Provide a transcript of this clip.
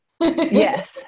yes